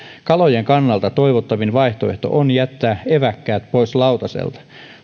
kalojen kannalta toivottavin vaihtoehto on jättää eväkkäät pois lautaselta